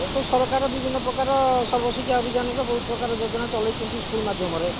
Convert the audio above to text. ସେଥିପାଇଁ ତ ସରକାର ବିଭିନ୍ନପ୍ରକାର ସର୍ବଶିକ୍ଷା ଅଭିଯାନରେ ବହୁତପ୍ରକାର ଯୋଜନା ଚଲେଇଛନ୍ତି ସ୍କୁଲ୍ ମାଧ୍ୟମରେ